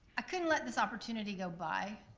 i couldn't let this opportunity go by.